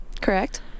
Correct